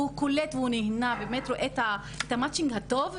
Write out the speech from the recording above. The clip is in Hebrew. והוא קולט ונהנה ורואה את המאצ'ינג הטוב,